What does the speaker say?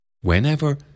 Whenever